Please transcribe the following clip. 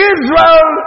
Israel